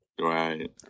Right